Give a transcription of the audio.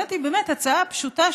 הצעה פשוטה,